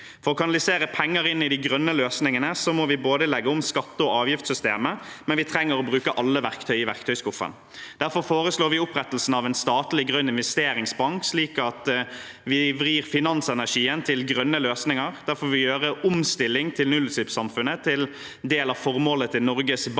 For å kanalisere penger inn i de grønne løsningene må vi legge om skatte- og avgiftssystemet, men vi trenger også å bruke alle verktøy i verktøyskuffen. Derfor foreslår vi å opprette en statlig grønn investeringsbank, slik at vi vrir finansieringen over til grønne løsninger. Derfor vil vi gjøre omstilling til nullutslippssamfunnet til en del av formålet til Norges Bank,